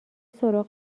سراغ